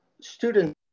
students